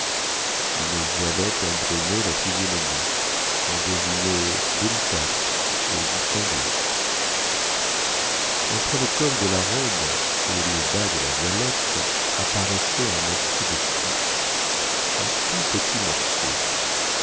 une voilette embrumait la physionomie quon devinait délicate et distinguée entre le col de la robe et le bas de la voilette apparaissait un morceau de cou un tout petit morceau